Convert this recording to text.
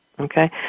Okay